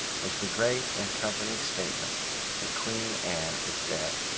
was the great and comforting statement that queen anne is dead.